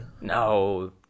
No